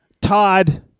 Todd